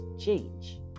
change